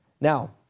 Now